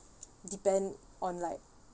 depend on like